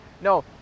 No